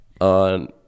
on